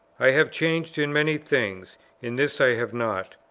i have changed in many things in this i have not.